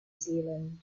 zealand